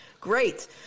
Great